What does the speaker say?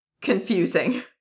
confusing